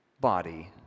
body